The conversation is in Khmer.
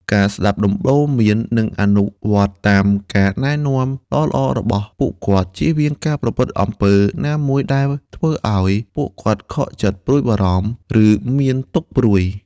ការស្ដាប់ដំបូន្មាន និងអនុវត្តតាមការណែនាំល្អៗរបស់ពួកគាត់ ជៀសវាងការប្រព្រឹត្តអំពើណាមួយដែលធ្វើឲ្យពួកគាត់ខកចិត្ត ព្រួយបារម្ភ ឬមានទុក្ខព្រួយ។